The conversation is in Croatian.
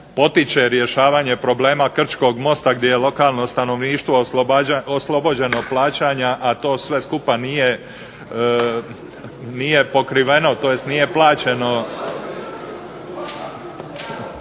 potiče rješavanje problema Krčkog mosta gdje lokalno stanovništvo oslobođeno plaćanja to sve skupa nije plaćeno.